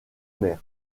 mer